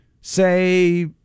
Say